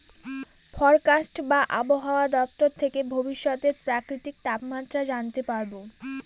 forecast বা আবহাওয়া দপ্তর থেকে ভবিষ্যতের প্রাকৃতিক তাপমাত্রা জানতে পারবো